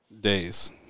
Days